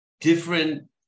different